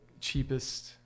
cheapest